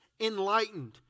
enlightened